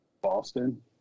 Boston